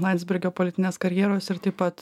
landsbergio politinės karjeros ir taip pat